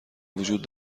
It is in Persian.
وجود